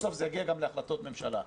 ובסוף זה יגיע גם להחלטות ממשלה.